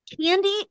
Candy